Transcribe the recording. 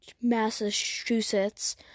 Massachusetts